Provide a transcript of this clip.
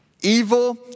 evil